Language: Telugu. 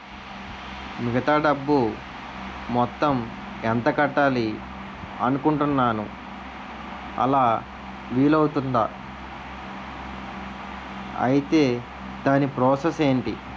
మిగతా డబ్బు మొత్తం ఎంత కట్టాలి అనుకుంటున్నాను అలా వీలు అవ్తుంధా? ఐటీ దాని ప్రాసెస్ ఎంటి?